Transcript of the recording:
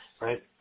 right